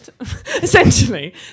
essentially